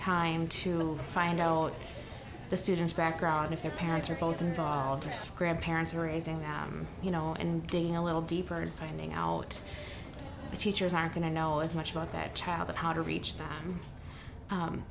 time to find out all the students background if their parents are both involved grandparents raising them you know and day a little deeper and finding out the teachers are going to know as much about that child and how to reach them